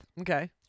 Okay